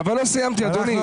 אבל לא סיימתי, אדוני.